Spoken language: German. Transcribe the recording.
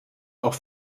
auch